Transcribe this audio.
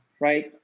right